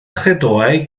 chredoau